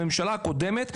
הממשלה הקודמת,